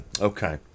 Okay